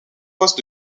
poste